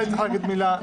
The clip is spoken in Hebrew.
תודה רבה.